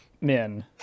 men